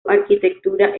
arquitectura